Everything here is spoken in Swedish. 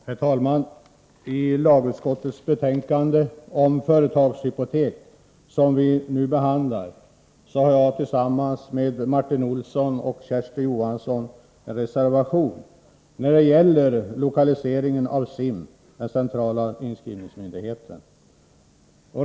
Herr talman! Till lagutskottets betänkande om företagshypotek som vi nu behandlar har jag tillsammans med Martin Olsson och Kersti Johansson fogat en reservation när det gäller lokaliseringen av CIM, den centrala inskrivningsmyndigheten.